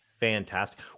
Fantastic